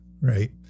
Right